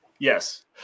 Yes